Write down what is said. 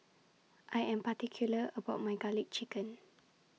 I Am particular about My Garlic Chicken